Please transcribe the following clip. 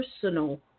personal